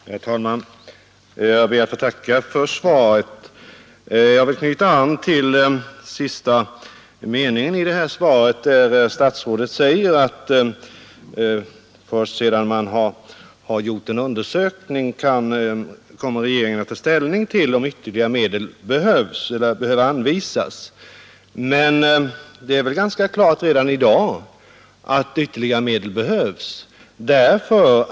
Herr talman! Jag ber att få tacka för svaret. Jag vill knyta an till den sista meningen i svaret, där statsrådet säger att först sedan en undersökning gjorts kommer regeringen att ta ställning till om ytterligare medel behöver anvisas. Det är väl dock ganska klart redan i dag att ytterligare medel behövs.